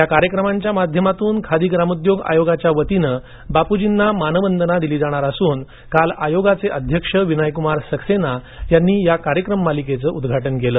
या कार्यक्रमांच्या माध्यमातून खादी ग्रामोद्योग आयोगातर्फे बापूजींना मानवंदना दिली जाणार असून काल आयोगाचे अध्यक्ष विनयुक्मार सक्सेना यांनी या कार्यक्रम मालिकेचं उद्घाटन केलं